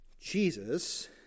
Jesus